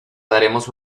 daremos